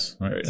right